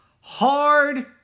hard